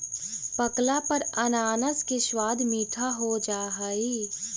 पकला पर अनानास के स्वाद मीठा हो जा हई